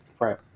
Right